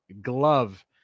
glove